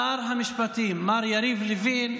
שר המשפטים מר יריב לוין,